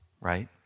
right